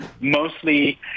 mostly